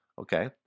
Okay